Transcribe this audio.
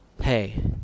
Hey